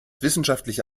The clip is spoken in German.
wissenschaftliche